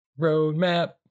Roadmap